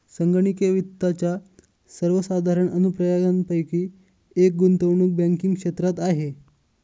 संगणकीय वित्ताच्या सर्वसाधारण अनुप्रयोगांपैकी एक गुंतवणूक बँकिंग क्षेत्रात आहे